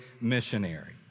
missionary